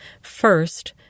First